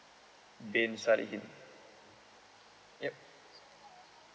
bin salihin yup